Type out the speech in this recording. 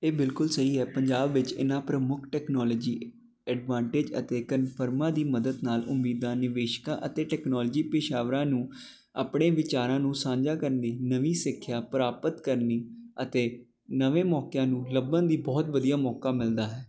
ਇਹ ਬਿਲਕੁਲ ਸਹੀ ਹੈ ਪੰਜਾਬ ਵਿੱਚ ਇਹਨਾਂ ਪ੍ਰਮੁੱਖ ਟੈਕਨੋਲੋਜੀ ਐਡਵਾਂਟੇਜ ਅਤੇ ਕਨਫਰਮਾਂ ਦੀ ਮਦਦ ਨਾਲ ਉਮੀਦਾਂ ਨਿਵੇਸ਼ਕਾ ਅਤੇ ਟੈਕਨੋਲਜੀ ਪੇਸ਼ਾਵਰਾਂ ਨੂੰ ਆਪਣੇ ਵਿਚਾਰਾਂ ਨੂੰ ਸਾਂਝਾ ਕਰਨ ਦੀ ਨਵੀਂ ਸਿੱਖਿਆ ਪ੍ਰਾਪਤ ਕਰਨੀ ਅਤੇ ਨਵੇਂ ਮੌਕਿਆਂ ਨੂੰ ਲੱਭਣ ਦੀ ਬਹੁਤ ਵਧੀਆ ਮੌਕਾ ਮਿਲਦਾ ਹੈ